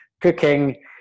cooking